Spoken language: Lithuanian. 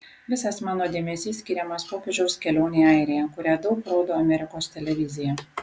visas mano dėmesys skiriamas popiežiaus kelionei į airiją kurią daug rodo amerikos televizija